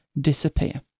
disappear